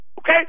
okay